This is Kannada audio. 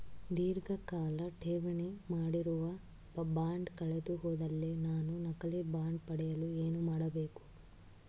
ಧೀರ್ಘಕಾಲ ಠೇವಣಿ ಮಾಡಿರುವ ಬಾಂಡ್ ಕಳೆದುಹೋದಲ್ಲಿ ನಾನು ನಕಲಿ ಬಾಂಡ್ ಪಡೆಯಲು ಏನು ಮಾಡಬೇಕು?